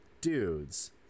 dudes